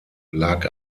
lag